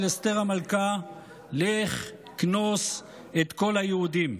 אסתר המלכה: "לך כנוס את כל היהודים".